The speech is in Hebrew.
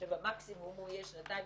כשבמקסימום הוא יהיה שנתיים,